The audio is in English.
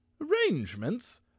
Arrangements